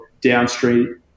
downstream